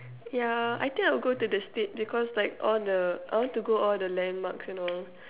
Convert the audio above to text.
ya I think I'll go to the States because like all the I want to go all the landmarks and all